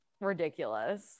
ridiculous